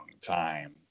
time